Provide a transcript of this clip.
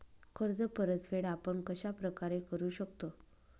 कर्ज परतफेड आपण कश्या प्रकारे करु शकतो?